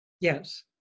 yes